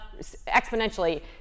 exponentially